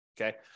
Okay